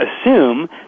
assume